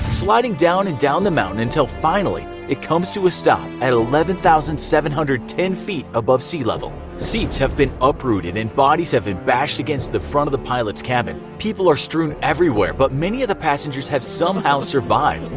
sliding down and down the mountain until finally it comes to a stop at eleven thousand seven hundred and ten feet above sea level. seats have been uprooted and bodies have been bashed against the front of the pilot's cabin. people are strewn everywhere but many of the passengers have somehow survived.